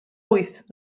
wyth